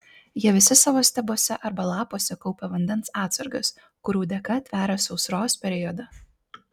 jie visi savo stiebuose arba lapuose kaupia vandens atsargas kurių dėka tveria sausros periodą